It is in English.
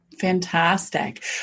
fantastic